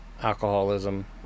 alcoholism